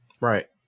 Right